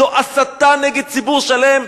זו הסתה נגד ציבור שלם,